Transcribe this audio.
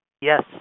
Yes